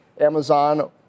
Amazon